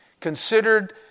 considered